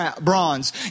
bronze